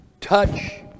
touch